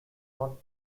not